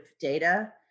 data